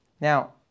Now